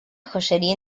joyería